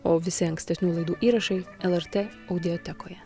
o visi ankstesnių laidų įrašai lrt audiotekoje